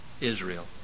Israel